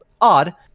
odd